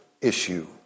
issue